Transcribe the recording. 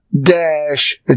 Dash